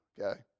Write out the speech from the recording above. Okay